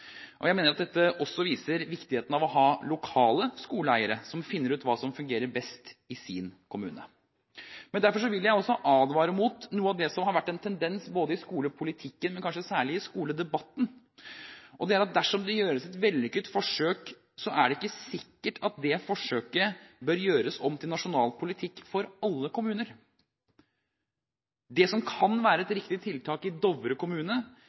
Jeg mener dette også viser viktigheten av å ha lokale skoleeiere som finner ut hva som fungerer best i sin kommune. Derfor vil jeg også advare mot noe av det som har vært en tendens i skolepolitikken, og kanskje særlig i skoledebatten, og det er at dersom det gjøres et vellykket forsøk, er det ikke sikkert at det forsøket bør gjøres om til nasjonal politikk for alle kommuner. Det som kan være et riktig tiltak i Dovre kommune,